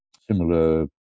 similar